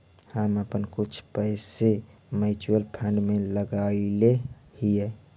हम अपन कुछ पैसे म्यूचुअल फंड में लगायले हियई